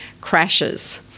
crashes